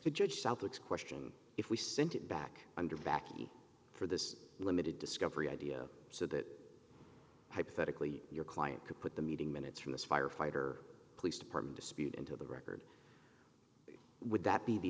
to judge southwick question if we sent it back under baccy for this limited discovery idea so that hypothetically your client could put the meeting minutes from this firefighter police department dispute into the record would that be the